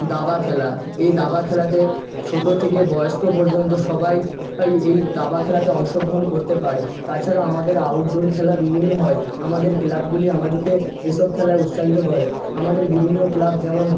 দাবা খেলা এই দাবা খেলাতে ছোটো থেকে বয়স্ক পর্যন্ত সবাই আই এই দাবা খেলাতে অংশগ্রহণ করতে পারে তাছাড়াও আমাদের আউটডোর খেলা বিভিন্ন হয় আমাদের ক্লাবগুলি আমাদিকে এইসব খেলায় উৎসাহিত করে আমাদের বিভিন্ন ক্লাব যেমন